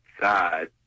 side